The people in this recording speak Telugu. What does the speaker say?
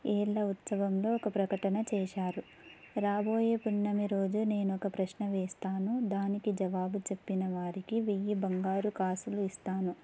ఏళ్ళ ఉత్సవంలో ఒక ప్రకటన చేశారు రాబోయే పున్నమి రోజు నేను ఒక ప్రశ్న వేస్తాను దానికి జవాబు చెప్పిన వారికి వెయ్యి బంగారు కాసులు ఇస్తాను